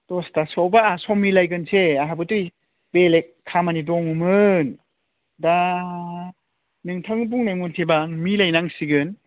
दसथासोआवबा आहा सम मिलायगोनसे आंहाबोथ' बेलेक खामानि दङमोन दा नोंथांनि बुंनाय मथेबा मिलायनांसिगोन